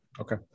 Okay